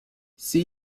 see